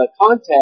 contact